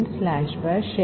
out ലഭിക്കും കൂടാതെ ഈ a